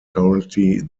currently